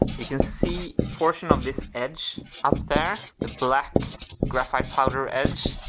you can see portion of this edge up there, the black graphite powder edge,